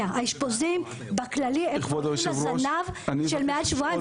האשפוזים בכללי הם --- לזנב של מעל שבועיים,